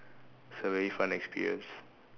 is a very fun experience